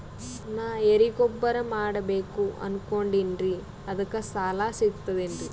ನಾ ಎರಿಗೊಬ್ಬರ ಮಾಡಬೇಕು ಅನಕೊಂಡಿನ್ರಿ ಅದಕ ಸಾಲಾ ಸಿಗ್ತದೇನ್ರಿ?